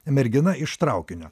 mergina iš traukinio